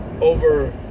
over